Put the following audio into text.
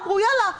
אמרו: יאללה,